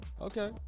okay